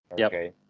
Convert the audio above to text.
Okay